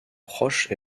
proche